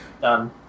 Done